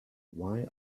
why